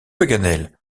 paganel